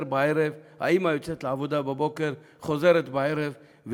חוזר בערב,